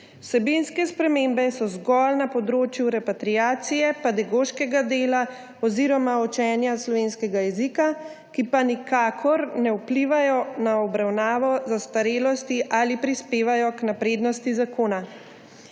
Vsebinske spremembe so zgolj na področju repatriacije, pedagoškega dela oziroma učenja slovenskega jezika, ki pa nikakor ne vplivajo na obravnavo zastarelosti ali prispevajo k naprednosti zakona.